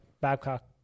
Babcock